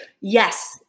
Yes